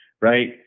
right